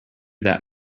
that